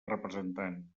representant